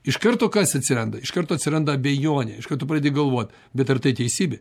iš karto kas atsiranda iš karto atsiranda abejonė iš karto pradedi galvot bet ar tai teisybė